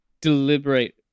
deliberate